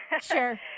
Sure